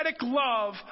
love